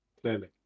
clearly